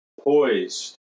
poised